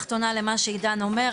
מתמודדים על החיים שלהם,